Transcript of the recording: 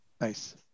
Nice